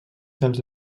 dels